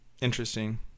Interesting